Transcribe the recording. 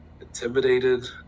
intimidated